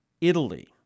Italy